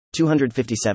257